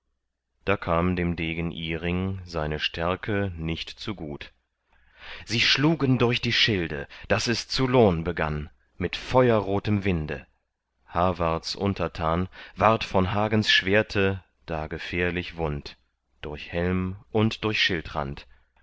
da kam dem degen iring seine stärke nicht zugut sie schlugen durch die schilde daß es zu lohn begann mit feuerrotem winde hawarts untertan ward von hagens schwerte da gefährlich wund durch helm und durch schildrand